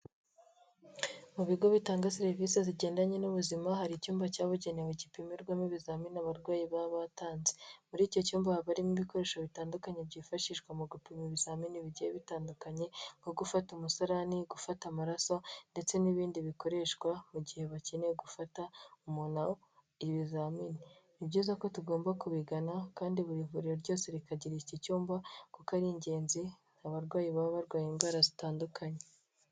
Mu bigo bitanga serivisi zigendanye n'ubuzima, hari icyumba cyabugenewe gipimirwamo ibizamini abarwayi baba batanze. Muri icyo cyumba haba harimo ibikoresho bitandukanye byifashishwa mu gupima ibizamini bigiye bitandukanye, nko gufata umusarani, gufata amaraso ndetse n'ibindi bikoreshwa mu gihe bakeneye gufata umuntu ibizamini. Ni byiza ko tugomba kubigana kandi buri vuriro ryose rikagira iki cyumba kuko ari ingenzi, abarwayi baba barwaye indwara zitandukanye.